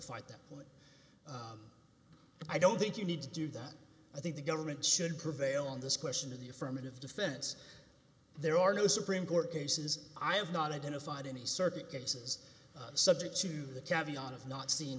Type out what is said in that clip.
fight that point i don't think you need to do that i think the government should prevail on this question of the affirmative defense there are no supreme court cases i have not identified any circuit cases subject to the